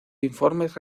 informes